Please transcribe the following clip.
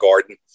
garden